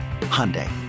Hyundai